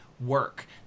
work